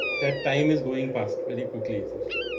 that time is going fast very quickly essentially.